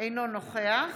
אינו נוכח